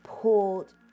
pulled